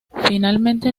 finalmente